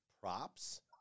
props